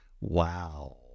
wow